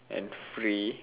and free